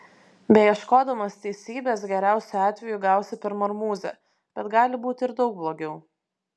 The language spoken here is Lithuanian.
beieškodamas teisybės geriausiu atveju gausi per marmuzę bet gali būti ir daug blogiau